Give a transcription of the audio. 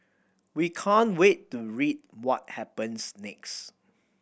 we can't wait to read what happens next